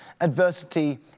adversity